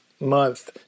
month